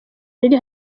riri